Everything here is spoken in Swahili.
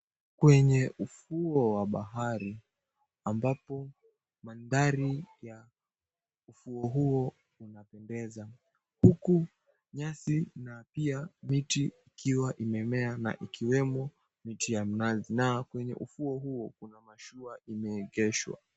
Kwenye ufuo wa bahari ambapo mandhari ya ufuo huo unapendeza, huku nyasi na pia miti ikiwa imemea na ikiwemo miti ya mnazi na kwenye ufuo huo kuna mashua imeegeshwa.